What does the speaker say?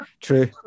True